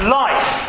life